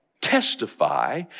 testify